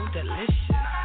delicious